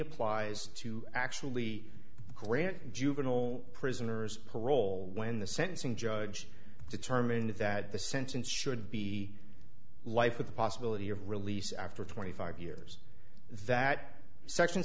applies to actually grant juvenile prisoners parole when the sentencing judge determined that the sentence should be life with the possibility of release after twenty five years that section